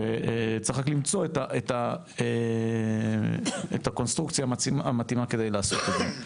צריך רק למצוא את הקונסטרוקציה המתאימה כדי לעשות את זה.